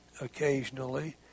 occasionally